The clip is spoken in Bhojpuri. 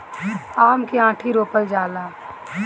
आम के आंठी रोपल जाला